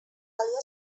calia